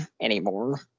anymore